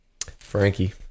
Frankie